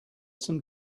some